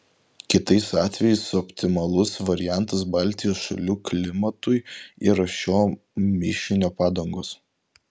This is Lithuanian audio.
kitais atvejais optimalus variantas baltijos šalių klimatui yra šio mišinio padangos